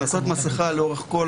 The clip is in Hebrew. קנסות מסכה לאורך כל